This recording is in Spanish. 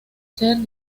ser